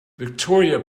victoria